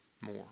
more